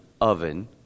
oven